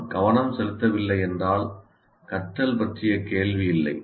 நான் கவனம் செலுத்தவில்லை என்றால் கற்றல் பற்றிய கேள்வி இல்லை